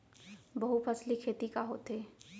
बहुफसली खेती का होथे?